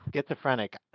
Schizophrenic